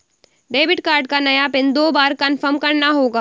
debit card का नया pin दो बार कन्फर्म करना होगा